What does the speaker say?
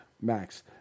max